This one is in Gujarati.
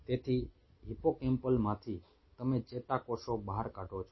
તેથી હિપ્પોકેમ્પલમાંથી તમે ચેતાકોષો બહાર કાઢો છો